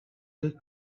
the